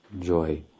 joy